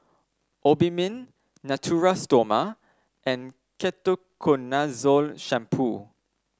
Obimin Natura Stoma and Ketoconazole Shampoo